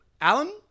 Alan